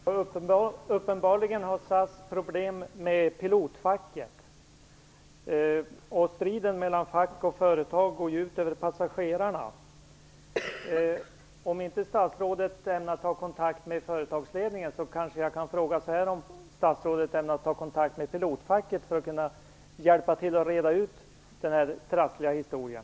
Fru talman! Uppenbarligen har SAS problem med pilotfacket. Striden mellan fack och företag går ut över passagerarna. Statsrådet ämnar kanske inte ta kontakt med företagsledningen. Men jag kanske kan fråga om statsrådet ämnar ta kontakt med pilotfacket för att hjälpa till att reda ut den här trassliga historien.